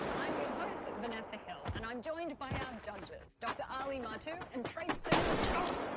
i'm your host, vanessa hill, and i'm joined by our judges. dr. ali mattu, and trace dominguez.